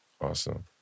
Awesome